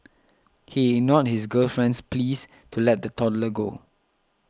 he ignored his girlfriend's pleas to let the toddler go